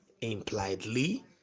impliedly